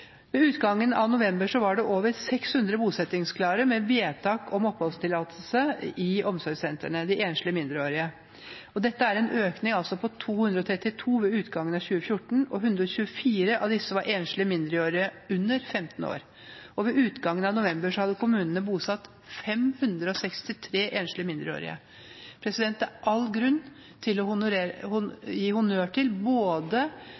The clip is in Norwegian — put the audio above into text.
Ved utgangen av november var det over 600 bosettingsklare med vedtak om oppholdstillatelse i omsorgssentrene av de enslige mindreårige. Dette er en økning på 232 ved utgangen av 2014, og 124 av disse var enslige mindreårige under 15 år. Ved utgangen av november hadde kommunene bosatt 563 enslige mindreårige. Det er all grunn til å gi honnør til både